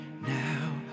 now